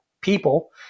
people